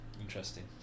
Interesting